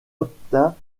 obtint